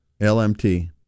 lmt